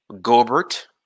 Gobert